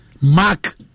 mark